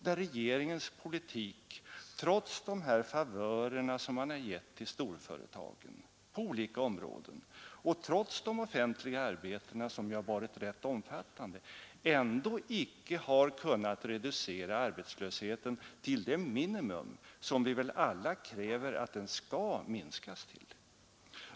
Med regeringens politik har man, trots de favörer man gett till storföretag på olika områden och trots de offentliga arbetena som varit rätt omfattande, ändå inte kunnat reducera arbetslösheten till det minimum som vi väl alla kräver att den skall minskas till.